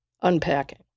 unpacking